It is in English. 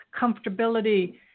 comfortability